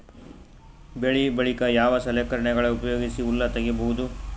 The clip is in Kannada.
ಬೆಳಿ ಬಳಿಕ ಯಾವ ಸಲಕರಣೆಗಳ ಉಪಯೋಗಿಸಿ ಹುಲ್ಲ ತಗಿಬಹುದು?